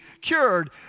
cured